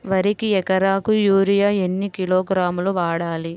వరికి ఎకరాకు యూరియా ఎన్ని కిలోగ్రాములు వాడాలి?